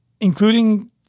including